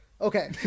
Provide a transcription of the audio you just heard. Okay